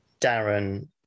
Darren